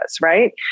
right